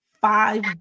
five